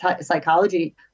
psychology